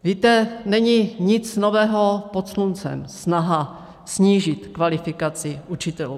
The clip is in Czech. Víte, není nic nového pod sluncem snaha snížit kvalifikaci učitelů.